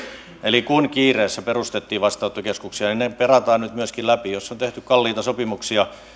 eli kun kiireessä perustettiin vastaanottokeskuksia niin ne perataan nyt myöskin läpi jos on tehty kalliita sopimuksia